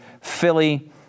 Philly